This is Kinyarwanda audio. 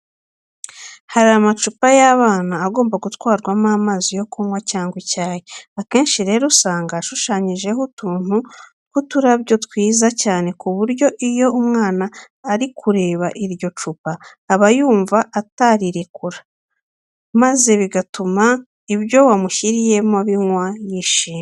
Hari amacupa y'abana aba agomba gutwarwamo amazi yo kunywa cyangwa icyayi. Akenshi rero usanga ashushanyijeho utuntu tw'uturabyo twiza cyane ku buryo iyo umwana ari kureba iryo cupa aba yumva atarirekura, maze bigatuma ibyo wamushyiriyemo abinywa kandi yishimye.